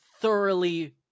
thoroughly